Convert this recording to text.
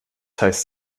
heißt